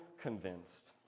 convinced